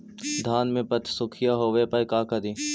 धान मे पत्सुखीया होबे पर का करि?